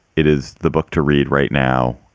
it is the book to read right now.